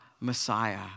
Messiah